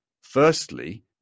firstly